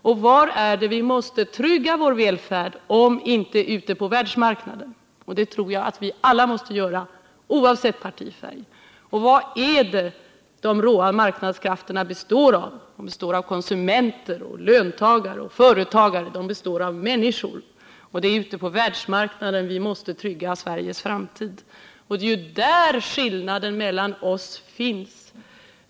Och var är det vi måste trygga vår välfärd, om inte just ute på världsmarknaden? Det tror jag att vi alla måste hålla med om, oavsett partifärg. Vad är det de råa marknadskrafterna består av? De består av konsumenter, löntagare och företagare. De består av människor, och det är ute på världsmarknaden som vi måste trygga Sveriges framtid. Det är ju där som skillnaden mellan våra uppfattningar finns.